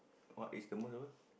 what is the most apa